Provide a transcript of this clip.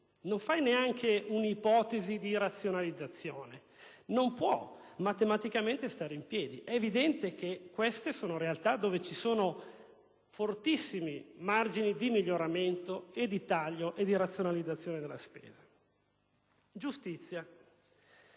nemmeno fare un'ipotesi di razionalizzazione; essa non può matematicamente stare in piedi. È evidente che si tratta di realtà dove ci sono fortissimi margini di miglioramento, di taglio e di razionalizzazione della spesa. Quanto